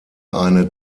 eine